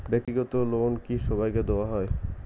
ব্যাক্তিগত লোন কি সবাইকে দেওয়া হয়?